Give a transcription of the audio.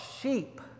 sheep